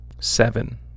Seven